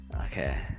Okay